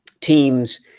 teams